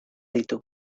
ditu